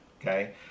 Okay